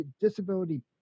disability